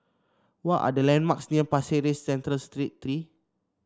what are the landmarks near Pasir Ris Central Street Three